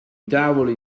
tavoli